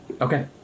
Okay